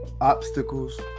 obstacles